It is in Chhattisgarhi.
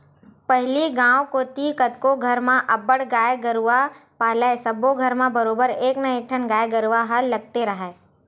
पहिली गांव कोती कतको घर म अब्बड़ गाय गरूवा पालय सब्बो घर म बरोबर एक ना एकठन गाय गरुवा ह लगते राहय